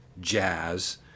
jazz